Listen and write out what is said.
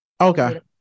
Okay